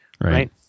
right